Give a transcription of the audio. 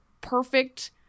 perfect